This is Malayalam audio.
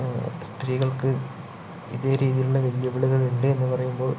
സ്ത്രീകൾക്ക് ഇതേ രീതിയിലുള്ള വെല്ലുവിളികൾ ഉണ്ട് എന്ന് പറയുമ്പോൾ